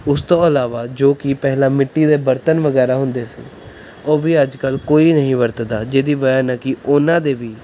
ਉਸ ਤੋਂ ਇਲਾਵਾ ਜੋ ਕੀ ਪਹਿਲਾਂ ਮਿੱਟੀ ਦੇ ਬਰਤਨ ਵਗੈਰਾ ਹੁੰਦੇ ਸੀ ਉਹ ਵੀ ਅੱਜ ਕੱਲ੍ਹ ਕੋਈ ਨਹੀਂ ਵਰਤਦਾ ਜਿਹਦੀ ਵਜ੍ਹਾ ਨਾਲ ਕਿ ਉਹਨਾਂ ਦੇ ਵੀ